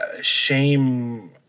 shame